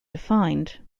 defined